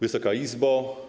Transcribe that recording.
Wysoka Izbo!